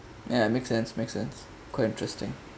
ya make sense make sense quite interesting